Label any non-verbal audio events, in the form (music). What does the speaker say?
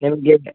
(unintelligible)